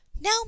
Now